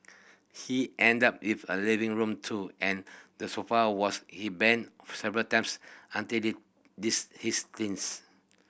he ended up if a living room too and the sofa was his bed several times until the this his teens